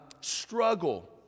struggle